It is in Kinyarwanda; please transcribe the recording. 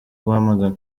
guhamagara